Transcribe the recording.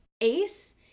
Ace